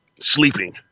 sleeping